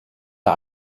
der